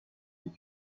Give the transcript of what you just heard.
est